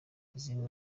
izindi